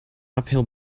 uphill